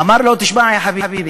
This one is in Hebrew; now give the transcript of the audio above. אמר לו: תשמע יא חביבי,